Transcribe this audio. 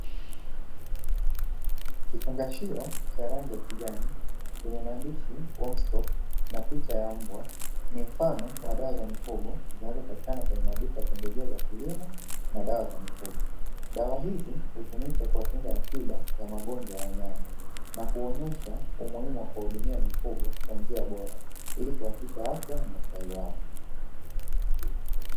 Kifungashio cha rangi ya kijani chenye maandishi "homestop" na picha ya mbwa ni mfano wa dawa za mifugo, zinazopatikana kwenye maduka ya pembejeo za kilimo na dawa za mifugo. Dawa hizi hutumika kuwakinga ya tiba ya magonjwa ya wanyama, na kuonyesha umuhimu wa kuwahudumia mifugo kwa njia bora, ili kuhakikisha afya na ustawi wake.